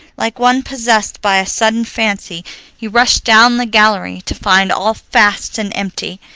like one possessed by a sudden fancy he rushed down the gallery to find all fast and empty,